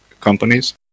companies